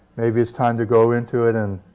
maybe it's time to go into it and